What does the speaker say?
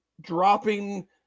dropping